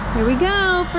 here we go.